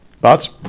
Thoughts